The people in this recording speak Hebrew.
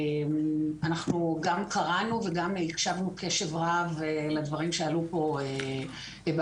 אנחנו גם קראנו וגם הקשבנו קשב רב לדברים שעלו פה בהצגה.